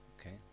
Okay